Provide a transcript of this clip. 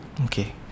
okay